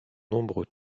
nombreux